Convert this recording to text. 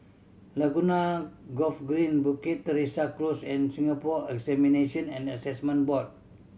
Laguna Golf Green Bukit Teresa Close and Singapore Examination and Assessment Board